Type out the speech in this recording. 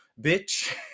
bitch